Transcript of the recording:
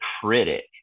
critic